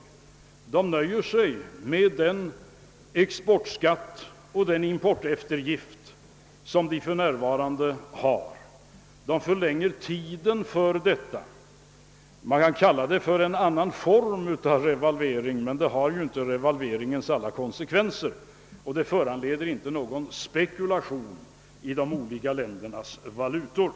Tyskarna nöjer sig med den exportskatt och den importeftergift som redan finns; man förlänger tiden för de åtgärderna. Detta kan kallas för en form av revalvering, men det har inte revalveringens alla konsekvenser och leder inte till spekulation i de olika ländernas valutor.